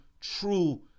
true